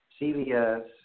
CVS